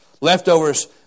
Leftovers